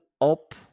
up